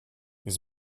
his